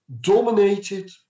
dominated